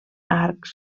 arcs